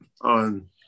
on